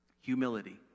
humility